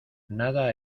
nada